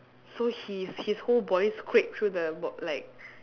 so he's he's whole body scrape through the bo~ like